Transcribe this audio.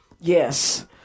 Yes